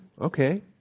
okay